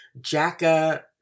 Jacka